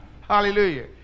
Hallelujah